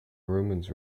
romans